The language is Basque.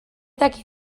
dakit